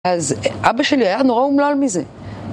אז אבא שלי היה נורא אומלל מזה.